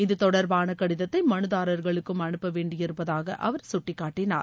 இது தொடர்பான கடிதத்தை மனு தாரர்களுக்கும் அனுப்ப வேண்டி இருப்பதாக அவர் சுட்டிக்காட்டினார்